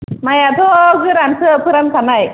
मइयाथ' गोरानसो फोरानखानाय